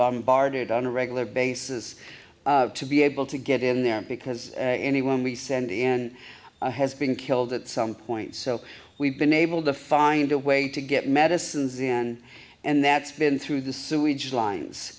bombarded on a regular basis to be able to get in there because anyone we send and has been killed at some point so we've been able to find a way to get medicines in and that's been through the sewage lines